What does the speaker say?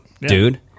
dude